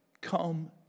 come